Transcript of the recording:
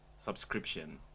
subscription